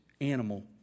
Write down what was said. animal